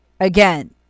again